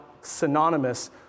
synonymous